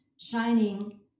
shining